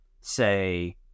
say